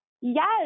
Yes